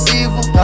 evil